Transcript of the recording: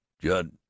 Judd